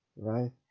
right